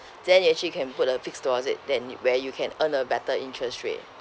then you actually can put the fixed deposit then where you can earn a better interest rate